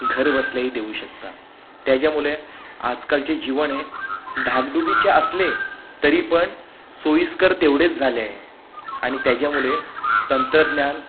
घर बसल्याही देऊ शकता त्याच्यामुळे आजकालचे जीवन हे धाकधुकीचे असले तरी पण सोयीस्कर तेवढेच झाले आहे आणि त्याच्यामुळे तंत्रज्ञान